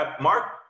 Mark –